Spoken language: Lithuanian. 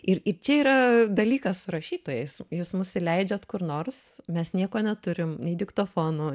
ir ir čia yra dalykas su rašytojais jūs mus įleidžiat kur nors mes nieko neturim nei diktofono